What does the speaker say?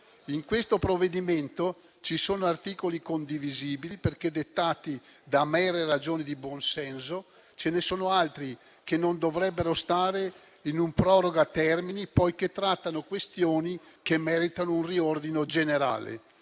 In questo provvedimento ci sono articoli condivisibili perché dettati da mere ragioni di buonsenso, ma ce ne sono altri che non dovrebbero stare in un proroga termini, poiché trattano questioni che meritano un riordino generale